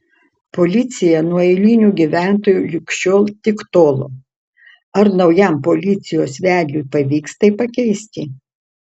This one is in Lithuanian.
policija nuo eilinių gyventojų lig šiol tik tolo ar naujam policijos vedliui pavyks tai pakeisti